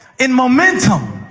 in momentum,